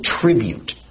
tribute